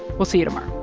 we'll see you tomorrow